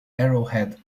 arrowhead